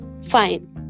fine